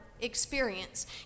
experience